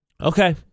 Okay